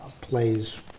plays